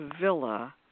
villa